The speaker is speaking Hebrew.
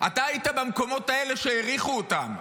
אתה היית במקומות האלה שהעריכו אותם.